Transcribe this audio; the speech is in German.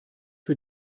für